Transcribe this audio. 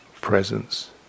presence